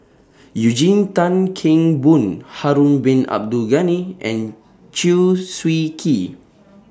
Eugene Tan Kheng Boon Harun Bin Abdul Ghani and Chew Swee Kee